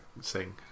sing